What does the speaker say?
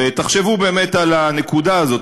ותחשבו באמת על הנקודה הזאת,